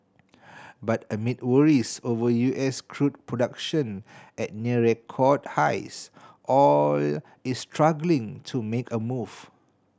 but amid worries over U S crude production at near record highs oil is struggling to make a move